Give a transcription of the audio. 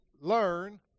learn